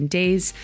days